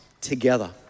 together